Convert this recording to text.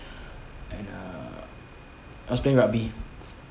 and uh I was playing rugby